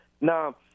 Now